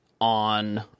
on